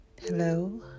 hello